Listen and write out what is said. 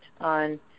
on